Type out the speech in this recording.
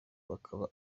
bakaba